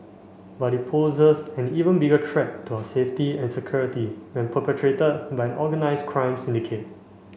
but it poses an even bigger threat to our safety and security when perpetrated by an organised crime syndicate